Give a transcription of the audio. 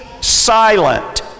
silent